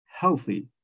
healthy